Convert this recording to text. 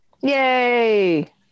Yay